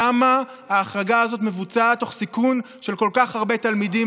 למה ההחרגה הזאת מבוצעת תוך סיכון של כל כך הרבה תלמידים?